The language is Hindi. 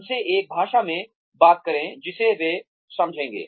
उनसे एक भाषा में बात करें जिसे वे समझेंगे